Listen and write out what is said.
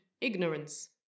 ignorance